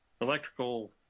electrical